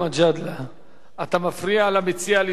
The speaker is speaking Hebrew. אתה מפריע למציע לשמוע את תשובת סגן השר.